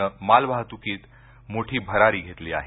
ने मालवाहतूकित मोठी भरारी घेतली आहे